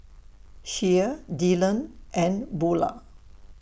Shea Dylon and Bulah